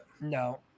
No